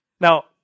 Now